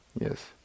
Yes